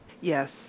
Yes